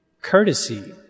courtesy